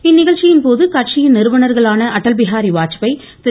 இந்நிகழ்ச்சியின் போது கட்சியின் நிறுவனா்களான அடல்பிஹாரி வாஜ்பேய் திரு